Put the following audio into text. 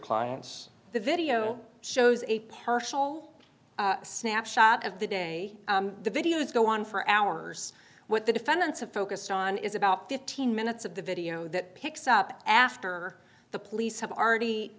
clients the video shows a partial snap shot of the day the videos go on for hours what the defendants have focused on is about fifteen minutes of the video that picks up after the police have already